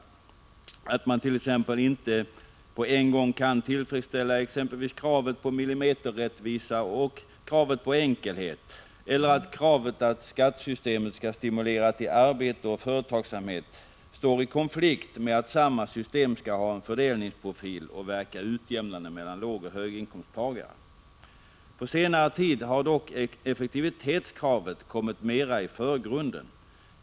Det torde stå klart att man t.ex. inte på en gång kan tillfredsställa både kravet på millimeterrättvisa och kravet på enkelhet, likaså att kravet att skattesystemet skall stimulera till arbete och företagsamhet står i konflikt med att samma system skall ha en fördelningsprofil och verka utjämnande mellan lågoch höginkomsttagare. På senare tid har dock effektivitetskravet kommit mera i förgrunden.